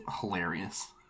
hilarious